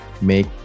Make